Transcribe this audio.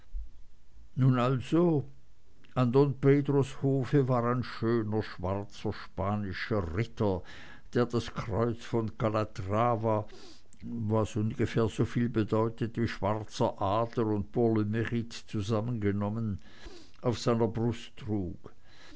nun also an don pedros hofe war ein schöner schwarzer spanischer ritter der das kreuz von kalatrava was ungefähr soviel bedeutet wie schwarzer adler und pour le mrite zusammengenommen auf seiner brust trug